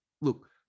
look